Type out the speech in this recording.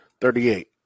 Thirty-eight